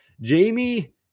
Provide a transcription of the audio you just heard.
Jamie